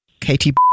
Katie